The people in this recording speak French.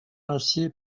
acier